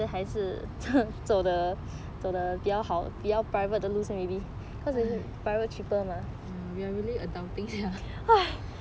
we are really adulting sia